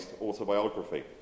autobiography